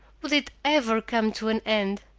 would it ever come to an end?